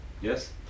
Yes